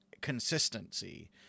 consistency